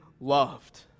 loved